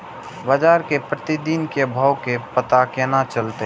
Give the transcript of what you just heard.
बजार के प्रतिदिन के भाव के पता केना चलते?